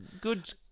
good